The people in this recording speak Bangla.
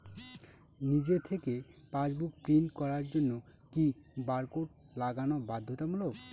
নিজে থেকে পাশবুক প্রিন্ট করার জন্য কি বারকোড লাগানো বাধ্যতামূলক?